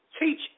Teach